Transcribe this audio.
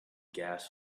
gas